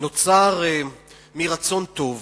נוצר מרצון טוב